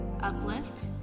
Uplift